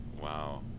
Wow